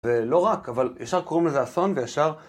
ולא רק, אבל ישר קוראים לזה אסון, וישר...